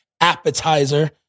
appetizer